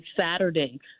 Saturday